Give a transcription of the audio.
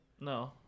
No